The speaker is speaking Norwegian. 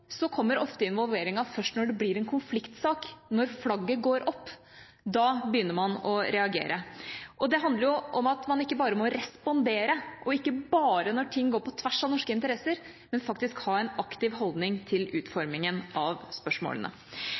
kommer ofte involveringen først når det blir en konfliktsak, når flagget går opp. Da begynner man å reagere. Det handler jo om at man ikke bare må respondere, og ikke bare når ting går på tvers av norske interesser, men faktisk ha en aktiv holdning til utformingen av spørsmålene.